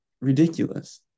ridiculous